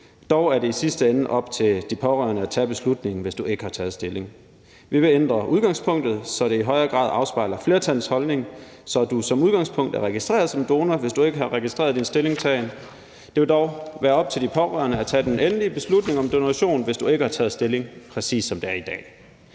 Dog er det i sidste ende op til de pårørende at tage beslutningen, hvis du ikke har taget stilling. Vi vil ændre udgangspunktet, så det i højere grad afspejler flertallets holdning, så du som udgangspunkt er registreret som donor, hvis du ikke har registreret din stillingtagen. Det vil dog være op til de pårørende at tage den endelige beslutning om donation, hvis du ikke har taget stilling, præcis som det er i dag.